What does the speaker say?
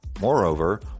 Moreover